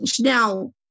Now